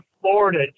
Florida